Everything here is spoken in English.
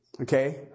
Okay